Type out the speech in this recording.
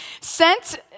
sent